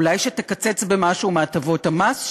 אולי שתקצץ במשהו מהטבות המס שלה,